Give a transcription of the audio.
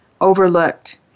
overlooked